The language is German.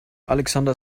alexander